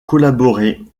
collaboré